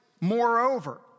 Moreover